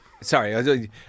Sorry